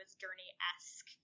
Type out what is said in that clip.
Journey-esque